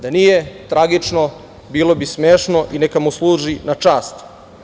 Da nije tragično, bilo bi smešno i neka mu služi na čast.